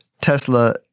Tesla